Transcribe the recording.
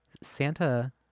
santa